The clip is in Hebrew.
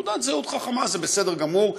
תעודת זהות חכמה זה בסדר גמור,